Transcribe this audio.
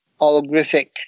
holographic